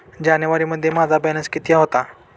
जानेवारीमध्ये माझा बॅलन्स किती होता?